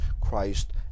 Christ